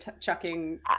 chucking